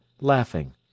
laughing